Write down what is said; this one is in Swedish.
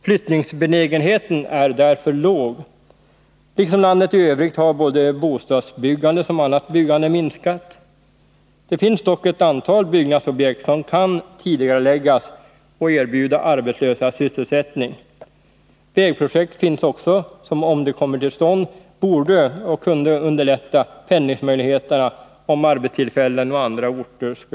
Flyttningsbenägenheten är därför låg. Liksom i landet i övrigt har både bostadsbyggandet och annat byggande minskat. Det finns dock ett antal byggnadsprojekt som kan tidigareläggas och erbjuda arbetslösa sysselsättning. Vägprojekt finns också, som om de kom till stånd kunde underlätta pendlingsmöjligheterna, om det skulle uppstå arbetstillfällen på andra orter.